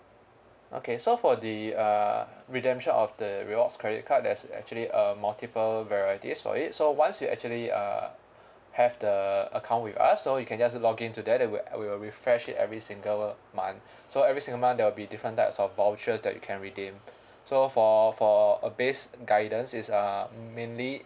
okay so for the uh redemption of the rewards credit card there's actually uh multiple varieties for it so once you actually uh have the account with us so you can just login to there there we'll refresh it every single month so every single month there'll be different types of vouchers that you can redeem so for for uh base guidance is um mainly